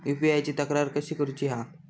UPI ची तक्रार कशी करुची हा?